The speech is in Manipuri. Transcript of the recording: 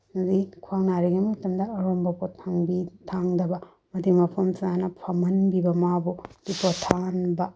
ꯑꯗꯨꯗꯩ ꯈ꯭ꯋꯥꯡ ꯅꯥꯔꯤꯉꯩ ꯃꯇꯝꯗ ꯑꯔꯨꯝꯕ ꯄꯣꯠ ꯊꯥꯡꯗꯕ ꯑꯃꯗꯤ ꯃꯐꯝ ꯆꯥꯅ ꯐꯝꯍꯟꯕꯤꯕ ꯃꯥꯕꯨ ꯄꯣꯊꯥꯍꯟꯕ